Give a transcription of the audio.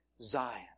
Zion